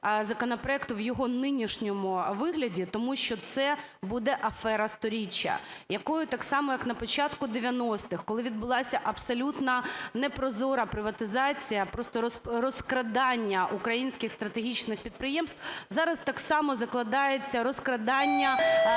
законопроекту в його нинішньому вигляді, тому що це буде афера сторіччя, якою так само, як на початку 90-х, коли відбулася абсолютно непрозора приватизація, просто розкрадання українських стратегічних підприємств, зараз так само закладається розкрадання